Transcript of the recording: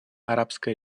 арабская